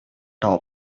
top